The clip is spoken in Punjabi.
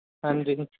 ਹਾਂਜੀ